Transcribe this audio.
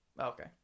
okay